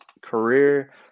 career